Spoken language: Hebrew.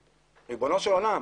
ריבונו של עולם,